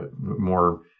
more